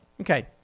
Okay